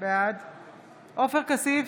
בעד עופר כסיף,